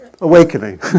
awakening